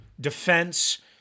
defense